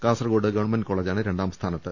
Kasaragod government കോളജാണ് രണ്ടാം സ്ഥാനത്ത്